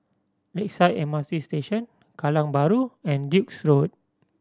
Lakeside M R T Station Kallang Bahru and Duke's Road